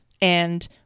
and-